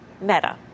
Meta